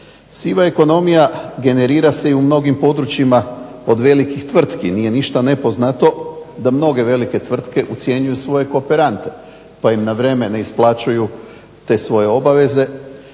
Siva ekonomija generira se i u mnogim područjima od velikih tvrtki. Nije ništa nepoznato da mnoge velike tvrtke ucjenjuju svoje kooperante pa im na vrijeme ne isplaćuju te svoje obaveze.